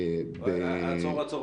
עצור.